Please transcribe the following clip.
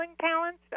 talents